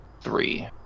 Three